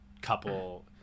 couple